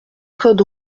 code